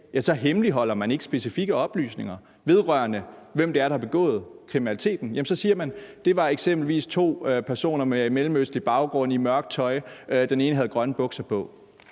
så hemmeligholder man ikke specifikke oplysninger, vedrørende hvem det er, der har begået kriminaliteten. Så siger man eksempelvis, at det var to personer med mellemøstlig baggrund i mørkt tøj, og at den ene havde grønne bukser på.